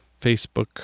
Facebook